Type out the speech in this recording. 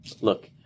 look